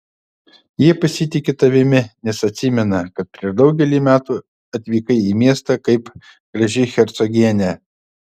jie pasitiki tavimi nes atsimena kad prieš daugelį metų atvykai į miestą kaip graži hercogienė